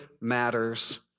matters